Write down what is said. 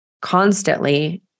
constantly